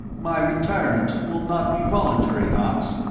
my retirement will not be voluntary, knox.